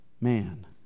man